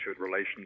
Relations